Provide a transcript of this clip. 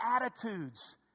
attitudes